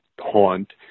haunt